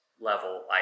level